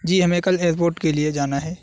جی ہمیں کل ایئرپورٹ کے لیے جانا ہے